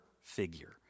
figure